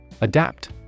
Adapt